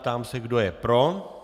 Ptám se, kdo je pro.